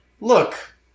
Look